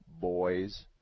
Boys